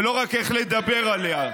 ולא רק איך לדבר עליה.